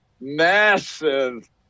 massive